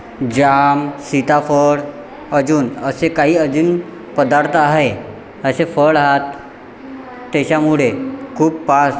जाम सिताफळ अजून असे काही अजून पदार्थ आहे असे फळ आत त्याच्यामुळे खूप पास